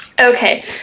Okay